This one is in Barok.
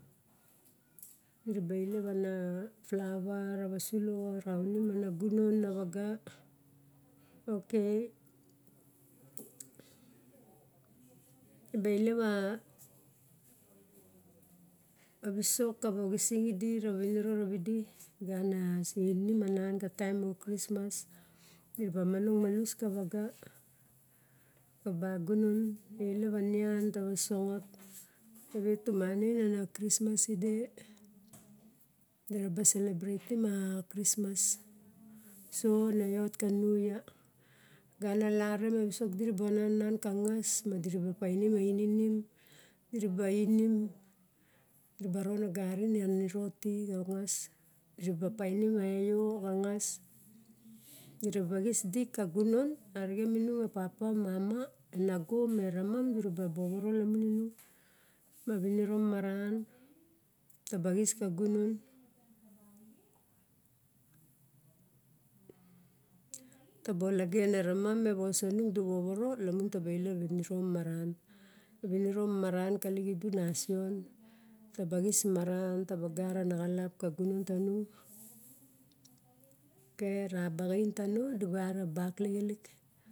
Mara ba ilep ana plava rava sula raunim ang gunon ana vaga. Ok di bai lepa a visok kavongising idi rava viniro ravidi gaba sixinim anan ka taem moxa krismas dira ba monong malus ka vaga, xa bagunon, elep a nian tara songot, tavet tumangain ana krismas, tide. Dira ba selebratim a krismas so na iot ka niu yia. Gana larim a visok diraba nan a nan ka ngas, ma dira ba painim aininim, dira ba inim, dira ba ron ogarin a niro ti xa ngas, dira ba painim a xo xa ngas. Dira ba xis dik ka gunon, arixen minung e papa me mama, enago me ramam dura ba wovoro lamun inung ma viniro maran, taba xis ka gunon wovoro, lamun taba ilep a viniro maran. A viniro maran, a viniro kali xidu, nasion taba xis maran taba gara na xalap maran ka gunon tanung. Ok ara baxain tano negara ara bak kixilik.